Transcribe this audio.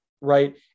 right